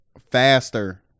faster